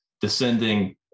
descending